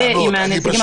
הדיונים